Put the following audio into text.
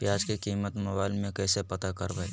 प्याज की कीमत मोबाइल में कैसे पता करबै?